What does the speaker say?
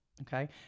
okay